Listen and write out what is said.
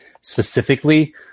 specifically